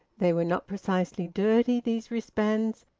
they were not precisely dirty, these wristbands,